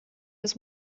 des